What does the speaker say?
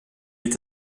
est